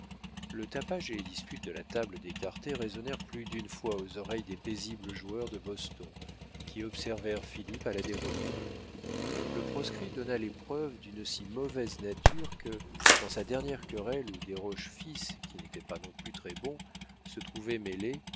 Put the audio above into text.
le tapage et les disputes de la table d'écarté résonnèrent plus d'une fois aux oreilles des paisibles joueurs de boston qui observèrent philippe à la dérobée le proscrit donna les preuves d'une si mauvaise nature que dans sa dernière querelle où desroches fils qui n'était pas non plus très-bon se trouvait mêlé